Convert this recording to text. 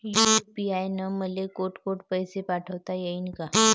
UPI न मले कोठ कोठ पैसे पाठवता येईन?